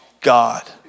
God